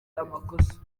amakosa